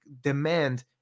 demand